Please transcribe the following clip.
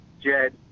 Jed